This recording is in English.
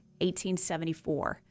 1874